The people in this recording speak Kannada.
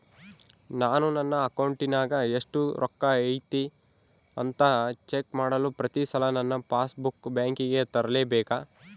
ನಾನು ನನ್ನ ಅಕೌಂಟಿನಾಗ ಎಷ್ಟು ರೊಕ್ಕ ಐತಿ ಅಂತಾ ಚೆಕ್ ಮಾಡಲು ಪ್ರತಿ ಸಲ ನನ್ನ ಪಾಸ್ ಬುಕ್ ಬ್ಯಾಂಕಿಗೆ ತರಲೆಬೇಕಾ?